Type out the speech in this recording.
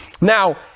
Now